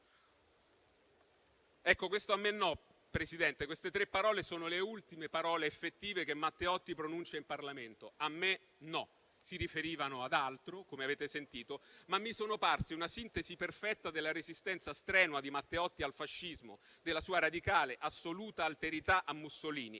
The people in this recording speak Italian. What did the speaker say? gridando: «A me no!». Queste tre parole sono le ultime effettive che Matteotti pronuncia in Parlamento: "a me no". Si riferivano ad altro, come avete sentito, ma mi sono parse una sintesi perfetta della resistenza strenua di Matteotti al fascismo e della sua radicale assoluta alterità a Mussolini.